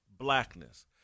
blackness